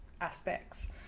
aspects